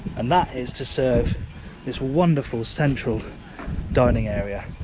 and that is to serve this wonderful central dining area,